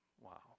Wow